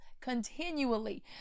continually